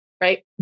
right